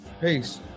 Peace